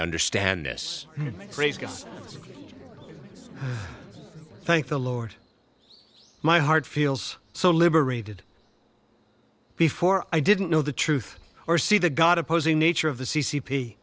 understand this phrase guys thank the lord my heart feels so liberated before i didn't know the truth or see the god opposing nature of the c c p